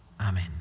Amen